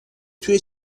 توی